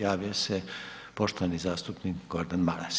Javio se poštovani zastupnik Gordan Maras.